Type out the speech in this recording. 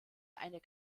einer